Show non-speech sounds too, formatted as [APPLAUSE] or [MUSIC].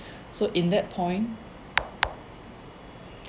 so in that point [NOISE]